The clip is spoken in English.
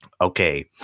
okay